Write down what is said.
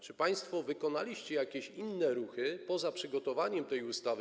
Czy państwo wykonaliście jakieś inne ruchy, poza przygotowaniem tej ustawy?